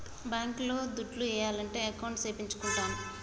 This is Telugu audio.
బ్యాంక్ లో దుడ్లు ఏయాలంటే అకౌంట్ సేపిచ్చుకుంటాన్న